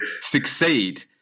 succeed